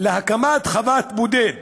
להקמת חוות בודד